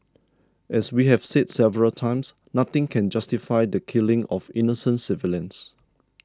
as we have said several times nothing can justify the killing of innocent civilians